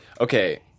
okay